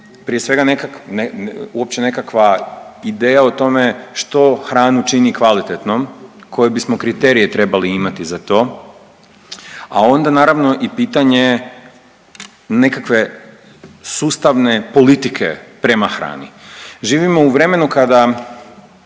uopće nekakva ideja o tome što hranu čini kvalitetnom, koje bismo kriterije trebali imati za to, a onda naravno i pitanje nekakve sustavne politike prema hrani. Živimo u vremenu kada